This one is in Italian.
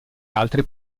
altre